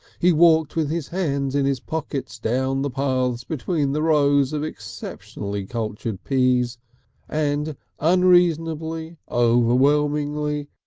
he walked with his hands in his pockets down the path between the rows of exceptionally cultured peas and unreasonably, overwhelmingly,